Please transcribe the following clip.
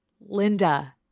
Linda